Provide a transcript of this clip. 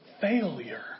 failure